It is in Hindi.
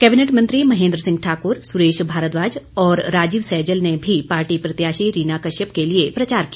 कैबिनेट मंत्री महेंद्र सिंह ठाकुर सुरेश भारद्वाज और राजीव सहजल ने भी पार्टी प्रत्याशी रीना कश्यप के लिए प्रचार किया